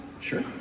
Sure